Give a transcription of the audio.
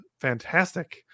fantastic